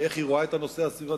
איך היא רואה את הנושא הסביבתי.